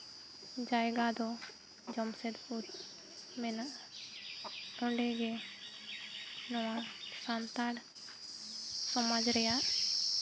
ᱡᱟᱭᱜᱟ ᱫᱚ ᱡᱟᱢᱥᱮᱫᱽᱯᱩᱨ ᱢᱮᱱᱟᱜᱼᱟ ᱚᱸᱰᱮ ᱜᱮ ᱱᱚᱣᱟ ᱥᱟᱱᱛᱟᱲ ᱥᱚᱢᱟᱡᱽ ᱨᱮᱭᱟᱜ